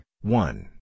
one